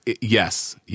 Yes